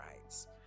rights